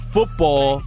Football